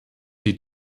die